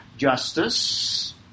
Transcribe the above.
Justice